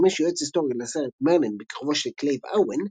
ששימש יועץ היסטורי לסרט "מרלין" בכיכובו של קלייב אוון,